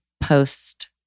post